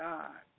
God